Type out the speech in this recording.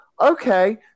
Okay